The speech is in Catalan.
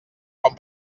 quan